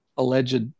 alleged